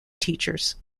teachers